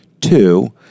two